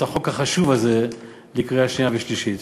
החוק החשוב הזה לקריאה שנייה ושלישית.